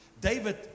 David